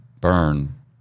burn